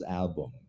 album